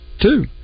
two